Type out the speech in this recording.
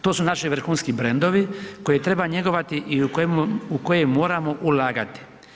To su naši vrhunski brandovi koje treba njegovati i u koje moramo ulagati.